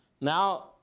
Now